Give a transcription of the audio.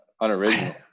unoriginal